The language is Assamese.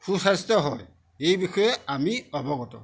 সুস্বাস্থ্য হয় এই বিষয়ে আমি অৱগত